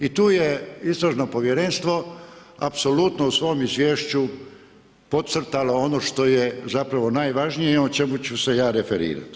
I tu je Istražno povjerenstvo apsolutno u svom izvješću podcrtalo ono što je zapravo najvažnije i o čemu ću se ja referirati.